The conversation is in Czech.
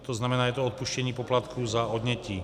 To znamená je to odpuštění poplatků za odnětí.